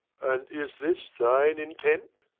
and is this thine intent?